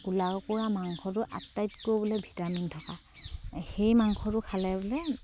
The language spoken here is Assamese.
কোলা কুকুৰাৰ মাংসটো আটাইতকৈ বোলে ভিটামিন থকা সেই মাংসটো খালে বোলে